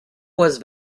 was